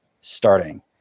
starting